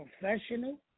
professional